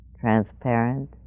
transparent